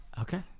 Okay